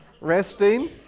Resting